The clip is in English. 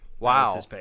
Wow